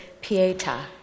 Pieta